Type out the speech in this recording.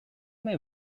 may